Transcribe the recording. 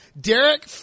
Derek